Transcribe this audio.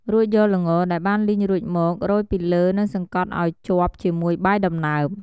រួចយកល្ងដែលបានលីងរួចមក រោយពីលើនិងសង្កត់ឱ្យជាប់ជាមួយបាយដំណើប។